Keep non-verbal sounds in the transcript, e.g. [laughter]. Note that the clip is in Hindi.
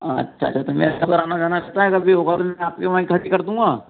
अच्छा अच्छा तो मेरा इस तरफ पर आना जाना [unintelligible] है कभी होगा तो मैं आपके वहाँ ही खड़ी कर दूँगा